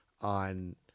on